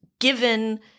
Given